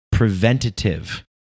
preventative